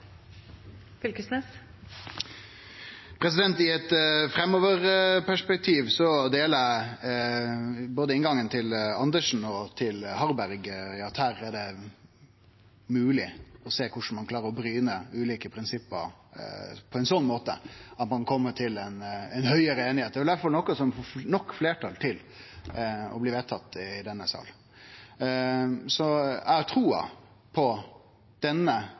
I eit framoverperspektiv deler eg inngangen til både representanten Andersen og representanten Harberg – her er det mogleg å sjå korleis ein klarer å bryne ulike prinsipp på ein slik måte at ein kjem til ei høgare einigheit. Det er vel difor noko som får stort nok fleirtal til å bli vedtatt i denne salen. Så eg har trua på